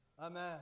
Amen